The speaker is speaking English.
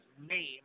name